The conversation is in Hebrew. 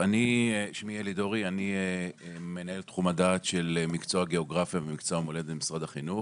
אני מנהל תחום הדעת של מקצוע הגיאוגרפיה ומקצוע המולדת במשרד החינוך,